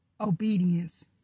obedience